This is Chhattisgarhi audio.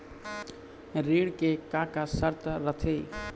ऋण के का का शर्त रथे?